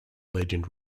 legend